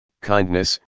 kindness